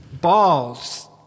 Balls